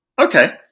Okay